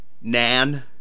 nan